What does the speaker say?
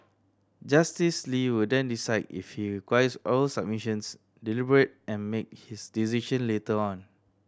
Justice Lee will then decide if he requires oral submissions deliberate and make his decision later on